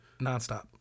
nonstop